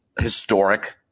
historic